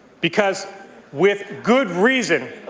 because with good reason,